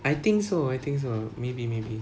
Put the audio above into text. I think so I think so maybe maybe